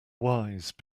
wise